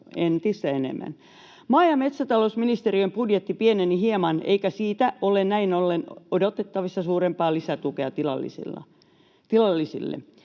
entistä enemmän. Maa- ja metsätalousministeriön budjetti pieneni hieman, eikä siitä ole näin ollen odotettavissa suurempaa lisätukea tilallisille.